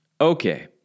Okay